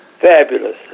fabulous